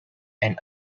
and